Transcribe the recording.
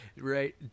Right